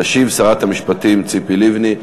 תשיב שרת המשפטים ציפי לבני.